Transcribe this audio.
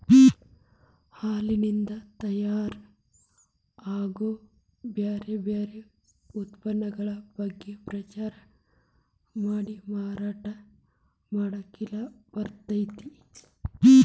ಹಾಲಿನಿಂದ ತಯಾರ್ ಆಗೋ ಬ್ಯಾರ್ ಬ್ಯಾರೆ ಉತ್ಪನ್ನಗಳ ಬಗ್ಗೆ ಪ್ರಚಾರ ಮಾಡಿ ಮಾರಾಟ ಮಾಡ್ಲಿಕ್ಕೆ ಬರ್ತೇತಿ